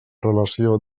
relació